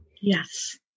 Yes